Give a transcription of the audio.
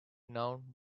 nouns